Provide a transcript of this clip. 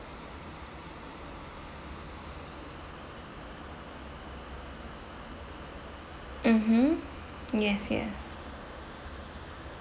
mmhmm yes yes